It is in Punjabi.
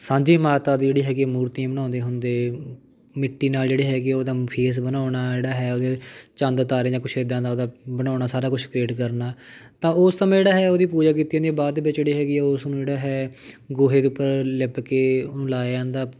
ਸਾਂਝੀ ਮਾਤਾ ਦੀ ਜਿਹੜੀ ਹੈਗੀ ਮੂਰਤੀਆਂ ਬਣਾਉਂਦੇ ਹੁੰਦੇ ਮਿੱਟੀ ਨਾਲ਼ ਜਿਹੜੇ ਹੈਗੇ ਉਹਦਾ ਫੇਸ ਬਣਾਉਣਾ ਜਿਹੜਾ ਹੈ ਉਹਦੇ ਚੰਦ ਤਾਰੇ ਜਾਂ ਕੁਛ ਇੱਦਾਂ ਦਾ ਉਹਦਾ ਬਣਾਉਣਾ ਸਾਰਾ ਕੁਛ ਕ੍ਰੀਏਟ ਕਰਨਾ ਤਾਂ ਉਸ ਸਮੇਂ ਜਿਹੜਾ ਹੈ ਉਹਦੀ ਪੂਜਾ ਕੀਤੀ ਜਾਂਦੀ ਬਾਅਦ ਦੇ ਵਿੱਚ ਜਿਹੜੀ ਹੈਗੀ ਆ ਉਸ ਨੂੰ ਜਿਹੜਾ ਹੈ ਗੋਹੇ ਦੇ ਉੱਪਰ ਲਿਪ ਕੇ ਉਹਨੂੰ ਲਾਇਆ ਜਾਂਦਾ